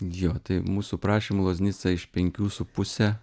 jo tai mūsų prašymu loznica iš penkių su puse